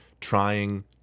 trying